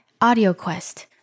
AudioQuest